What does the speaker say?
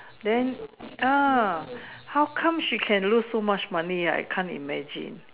then ah how come she can lose so much money ah I can't imagine